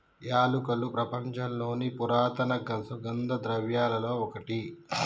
యాలకులు ప్రపంచంలోని పురాతన సుగంధ ద్రవ్యలలో ఒకటి